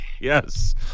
Yes